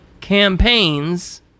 campaigns